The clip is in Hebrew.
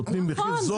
נותנים מחיר זול .